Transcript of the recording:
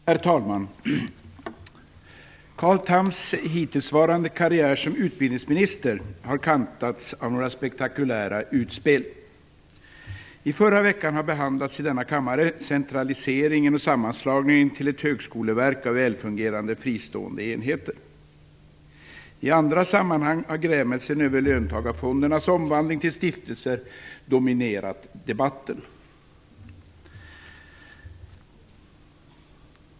Herr talman! Carl Thams hittillsvarande karriär som utbildningsminister har kantats av några spektakulära utspel. I förra veckan har i denna kammare behandlats centraliseringen och sammanslagningen av välfungerande, fristående enheter till ett högskoleverk. I andra sammanhang har grämelsen över löntagarfondernas omvandling till stiftelser dominerat debatten.